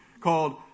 called